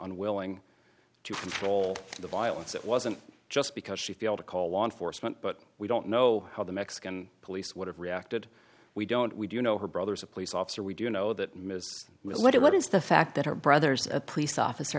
unwilling to control the violence it wasn't just because she failed to call law enforcement but we don't know how the mexican police would have reacted we don't we do know her brother is a police officer we do know that miss what is the fact that her brother's a police officer